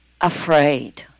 afraid